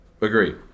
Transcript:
Agree